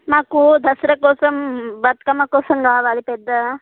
మాకు దసరా కోసం బతుకమ్మ కోసం కావాలి పెద్ద